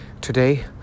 today